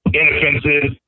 inoffensive